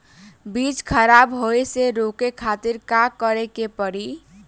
बीज खराब होए से रोके खातिर का करे के पड़ी?